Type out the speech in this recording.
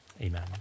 Amen